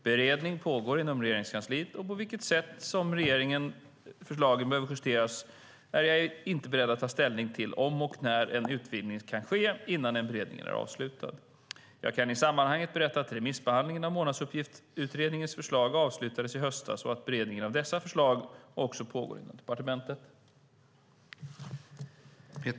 Beredning pågår inom Regeringskansliet av på vilket sätt förslagen behöver justeras, och jag är inte beredd att ta ställning till om och när en utvidgning ska ske innan den beredningen är avslutad. Jag kan i sammanhanget berätta att remissbehandlingen av Månadsuppgiftsutredningens förslag avslutades i höstas och att beredning av dess förslag också pågår inom departementet.